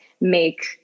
make